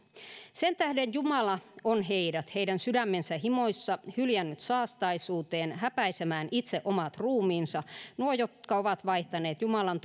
sentähden jumala on heidät heidän sydämensä himoissa hyljännyt saastaisuuteen häpäisemään itse omat ruumiinsa nuo jotka ovat vaihtaneet jumalan